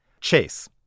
Chase